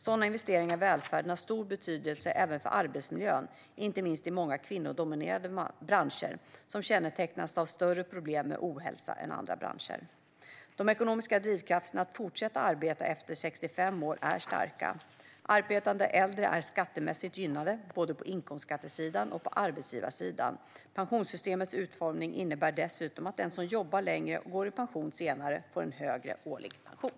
Sådana investeringar i välfärden har stor betydelse även för arbetsmiljön - inte minst i många kvinnodominerade branscher, som kännetecknas av större problem med ohälsa än andra branscher. De ekonomiska drivkrafterna för att fortsätta att arbeta efter 65 år är starka. Arbetande äldre är skattemässigt gynnade, både på inkomstskattesidan och på arbetsgivarsidan. Pensionssystemets utformning innebär dessutom att den som jobbar längre och går i pension senare får en högre årlig pension.